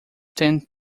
tend